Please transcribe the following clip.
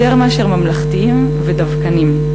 יותר מאשר ממלכתיים ודווקניים.